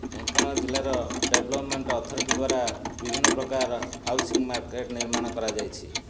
ଢେଙ୍କାନାଳ ଜିଲ୍ଲାର development authority ଦ୍ୱାରା ବିଭିନ୍ନ ପ୍ରକାର ହାଉସିଂ ମାର୍କେଟ ନିର୍ମାଣ କରାଯାଇଛି